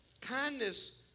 Kindness